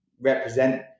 represent